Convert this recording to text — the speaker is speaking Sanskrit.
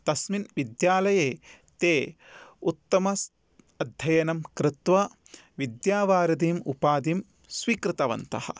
तस्मिन् विद्यालये ते उत्तम अध्ययनं कृत्वा विद्यावारिधिम् उपाधिं स्वीकृतवन्तः